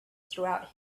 throughout